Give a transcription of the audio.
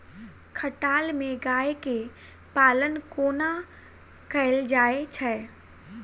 खटाल मे गाय केँ पालन कोना कैल जाय छै?